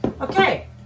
Okay